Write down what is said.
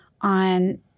on